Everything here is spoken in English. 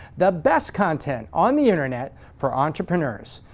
the best content on the internet for entrepreneurs.